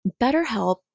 BetterHelp